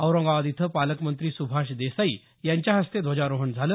औरंगाबाद इथं पालकमंत्री सुभाष देसाई यांच्या हस्ते ध्वजारोहण झालं